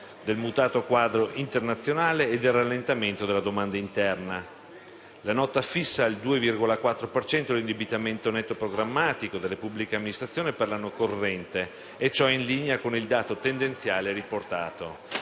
del «mutato quadro internazionale e del rallentamento della domanda interna». La Nota fissa al 2,4 per cento l'indebitamento netto programmatico delle pubbliche amministrazioni per l'anno corrente (in linea con il dato tendenziale riportato